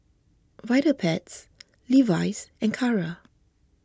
Vitapets Levi's and Kara